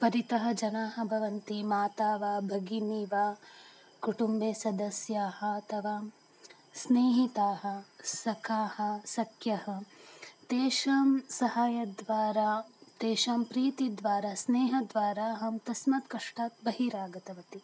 परितः जनाः भवन्ति माता वा भगिनी वा कुटुम्बे सदस्याः अथवा स्नेहिताः सखाः सख्यः तेषां सहायद्वारा तेषां प्रीतिद्वारा स्नेहद्वारा अहं तस्मात् कष्टात् बहिरागतवती